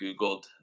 Googled